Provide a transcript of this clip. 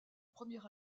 premier